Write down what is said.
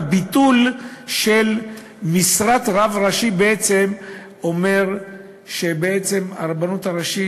הביטול של משרת רב ראשי בעצם אומר שהרבנות הראשית,